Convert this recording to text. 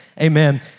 Amen